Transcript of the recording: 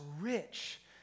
rich